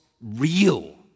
real